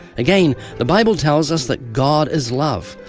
again, the bible tells us that god is love.